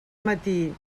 matí